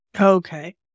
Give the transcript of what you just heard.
Okay